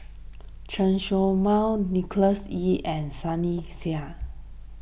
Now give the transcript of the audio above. Chen Show Mao Nicholas Ee and Sunny Sia